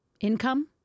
income